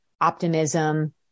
optimism